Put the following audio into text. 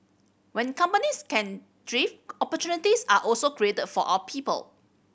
when companies can drift opportunities are also created for our people